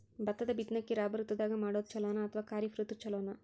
ಭತ್ತದ ಬಿತ್ತನಕಿ ರಾಬಿ ಋತು ದಾಗ ಮಾಡೋದು ಚಲೋನ ಅಥವಾ ಖರೀಫ್ ಋತು ಚಲೋನ?